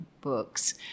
books